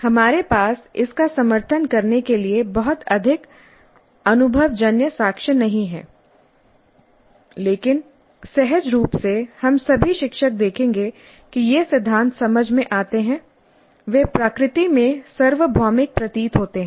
हमारे पास इसका समर्थन करने के लिए बहुत अधिक अनुभवजन्य साक्ष्य नहीं हैं लेकिन सहज रूप से हम सभी शिक्षक देखेंगे कि ये सिद्धांत समझ में आते हैं वे प्रकृति में सार्वभौमिक प्रतीत होते हैं